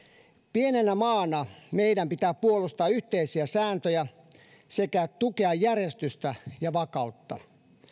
pienenä maana meidän pitää puolustaa yhteisiä sääntöjä sekä tukea järjestystä ja vakautta